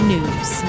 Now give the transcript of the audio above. News